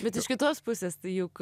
bet iš kitos pusės tai juk